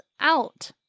Out